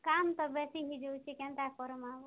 କାମ୍ ତ ବେଶୀ ହେଇଯାଉଛେ କେନ୍ତା କରମା ବୋଲ୍